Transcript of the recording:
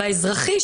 באזרחי,